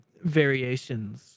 variations